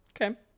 Okay